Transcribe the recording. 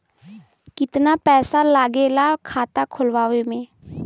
कितना पैसा लागेला खाता खोलवावे में?